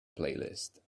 playlist